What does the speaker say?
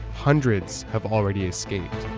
hundreds have already escaped.